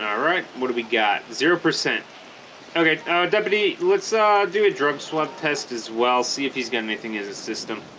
all right what do we got zero percent okay ah deputy let's ah do a drug swap test as well see if he's got anything as a system